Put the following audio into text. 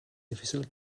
difícil